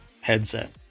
headset